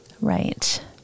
right